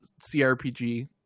CRPG